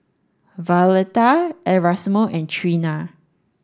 Violetta Erasmo and Trena